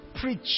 preach